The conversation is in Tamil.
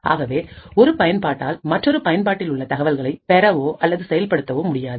ஆகவே ஒரு பயன்பாட்டால் மற்றொரு பயன்பாட்டில் உள்ள தகவல்களை பெறவோ அல்லது செயல்படுத்தவோ முடியாது